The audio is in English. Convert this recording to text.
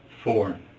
Four